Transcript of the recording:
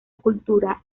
cultura